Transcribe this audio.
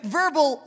verbal